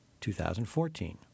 2014